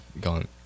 gone